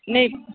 नै